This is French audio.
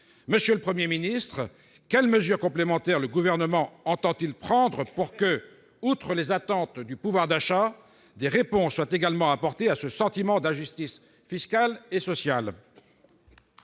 masquent leurs profits. Quelles mesures complémentaires le Gouvernement entend-il prendre pour que, outre les attentes liées au pouvoir d'achat, des réponses soient également apportées à ce sentiment d'injustice fiscale et sociale ?